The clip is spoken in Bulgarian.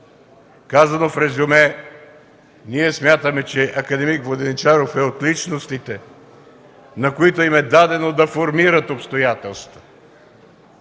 Казано в резюме – ние смятаме, че акад. Воденичаров е от личностите, на които им е дадено да формират обстоятелства.